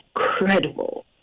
incredible